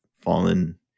fallen